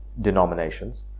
denominations